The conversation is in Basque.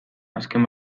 azken